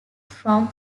from